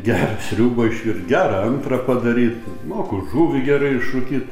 gerą sriubą išvirt gerą antrą padaryt moku žuvį gerai išrūkyt